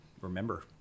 remember